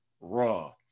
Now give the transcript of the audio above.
Raw